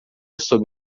sob